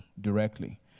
directly